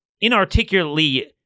inarticulately